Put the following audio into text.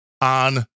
on